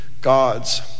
God's